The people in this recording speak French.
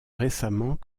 récemment